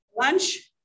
lunch